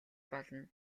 болно